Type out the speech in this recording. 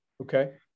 Okay